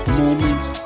moments